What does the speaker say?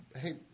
hey